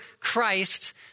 Christ